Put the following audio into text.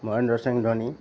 Mahendra Singh Dhoni